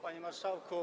Panie Marszałku!